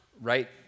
right